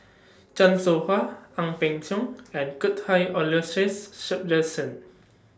Chan Soh Ha Ang Peng Siong and Cuthbert Aloysius Shepherdson